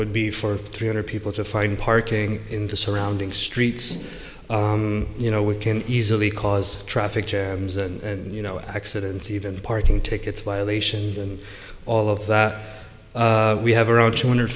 would be for three hundred people to find parking in the surrounding streets you know we can easily cause traffic jams and you know accidents even parking tickets violations and all of that we have around two hundred